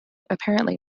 apparently